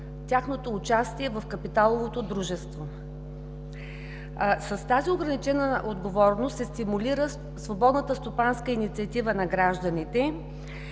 тяхното участие в капиловото дружество. С тази ограничена отговорност се стимулира свободната стопанска инициатива на гражданите